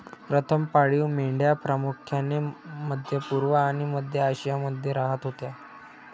प्रथम पाळीव मेंढ्या प्रामुख्याने मध्य पूर्व आणि मध्य आशियामध्ये राहत होत्या